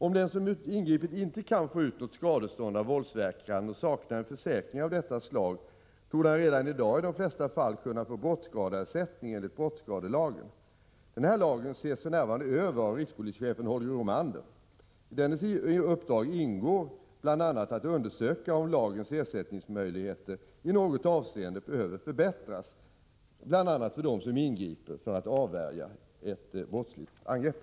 Om den som ingripit inte kan få ut något skadestånd av våldsverkaren och saknar en försäkring av detta slag, torde han redan i dag i de flesta fall kunna få brottsskadeersättning enligt brottsskadelagen. Denna lag ses för närvarande över av rikspolischefen Holger Romander. I dennes uppdrag ingår bl.a. att undersöka om lagens ersättningsmöjligheter i något avseende behöver förbättras för dem som ingriper för att avvärja ett brottsligt angrepp.